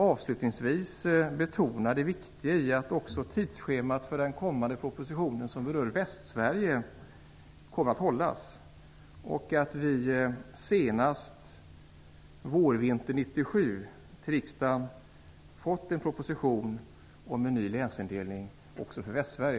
Avslutningsvis vill jag betona det viktiga i att också tidsschemat för den kommande propositionen som berör Västsverige hålls och att vi senast vårvintern 1997 till riksdagen får en proposition om en ny länsindelning också för Västsverige.